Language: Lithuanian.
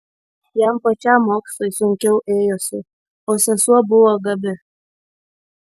jam pačiam mokslai sunkiau ėjosi o sesuo buvo gabi